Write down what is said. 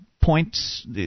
points